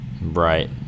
right